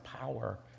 power